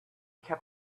kept